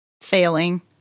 failing